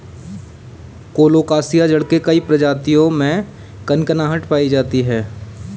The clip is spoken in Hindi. कोलोकासिआ जड़ के कई प्रजातियों में कनकनाहट पायी जाती है